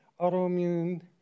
autoimmune